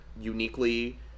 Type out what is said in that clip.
uniquely